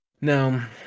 Now